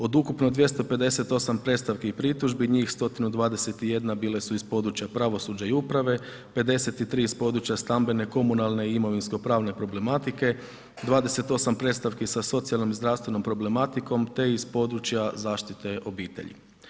Od ukupno 258 predstavki i pritužbi, njih 121 bile su iz područja pravosuđa i uprave, 53 iz područja stambene, komunalne i imovinsko-pravne problematike, 28 predstavki sa socijalnom i zdravstvenom problematikom te iz područja zaštite obitelji.